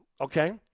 okay